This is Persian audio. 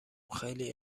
خیلی